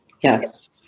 Yes